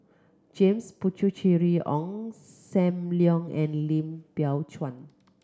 James Puthucheary Ong Sam Leong and Lim Biow Chuan